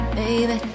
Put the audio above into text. baby